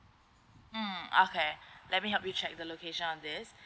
mm okay let me help you check the location on this